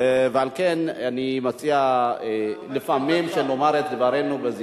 לא צריכה להיות אותה משכורת.